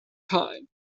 time